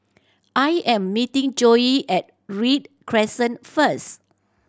I am meeting Joey at Read Crescent first